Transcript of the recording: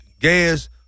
gas